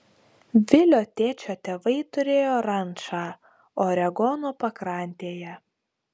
vilio tėčio tėvai turėjo rančą oregono pakrantėje